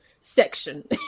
section